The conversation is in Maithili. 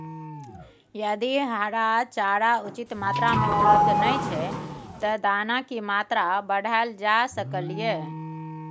यदि हरा चारा उचित मात्रा में उपलब्ध नय छै ते दाना की मात्रा बढायल जा सकलिए?